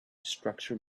structure